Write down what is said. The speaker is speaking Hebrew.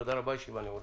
תודה רבה, הישיבה נעולה.